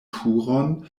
turon